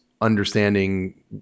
understanding